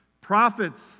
Prophets